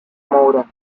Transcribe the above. moura